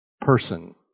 person